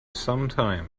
sometime